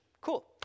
Cool